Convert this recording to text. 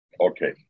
okay